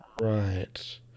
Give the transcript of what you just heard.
Right